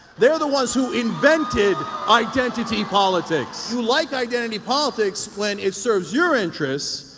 they're the ones, who invented identity politics! you like identity politics, when it serves your interests,